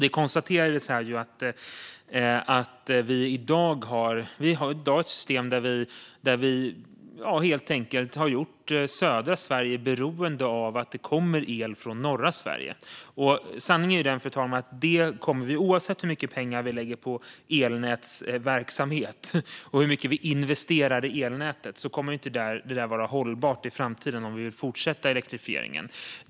Det konstaterades att vi i dag har ett system där vi har gjort södra Sverige beroende av el från norra Sverige. Oavsett hur mycket pengar vi lägger på elnätsverksamhet och hur mycket vi investerar i elnätet kommer detta inte att vara hållbart i framtiden om vi vill fortsätta elektrifieringen.